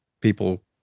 people